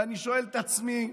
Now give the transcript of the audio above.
ואני שואל את עצמי,